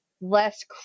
less